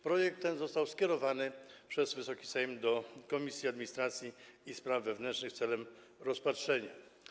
Projekt ten został skierowany przez Wysoki Sejm do Komisji Administracji i Spraw Wewnętrznych celem rozpatrzenia.